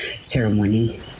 ceremony